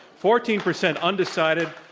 fourteen percent undecided.